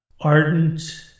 ardent